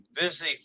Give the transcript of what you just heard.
busy